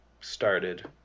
started